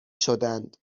شدند